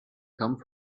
come